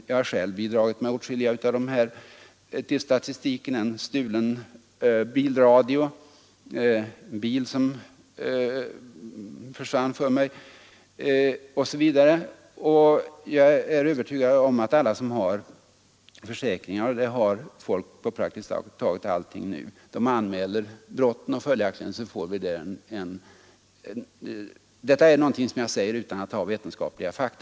Jag har själv bidragit till den statistiken, t.ex. när jag blev av med en bilradio i en bil och senare när också bilen stals från mig. Jag är övertygad om att alla som har försäkringar — och numera har alla praktiskt taget allting försäkrat — också anmäler brotten, och då får vi en helt annan statistik. Detta säger jag utan att ha vetenskapliga fakta.